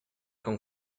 con